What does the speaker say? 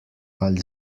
ali